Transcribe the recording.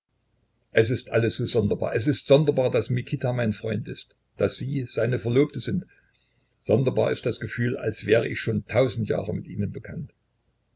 es ist alles so sonderbar es ist sonderbar daß mikita mein freund ist daß sie seine verlobte sind sonderbar ist das gefühl als wär ich schon tausend jahre mit ihnen bekannt